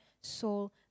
soul